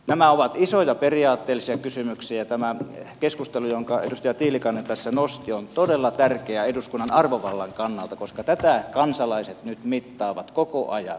nämä ovat isoja periaatteellisia kysymyksiä ja tämä keskustelu jonka edustaja tiilikainen tässä nosti on todella tärkeä eduskunnan arvovallan kannalta koska tätä kansalaiset nyt mittaavat koko ajan